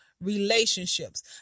relationships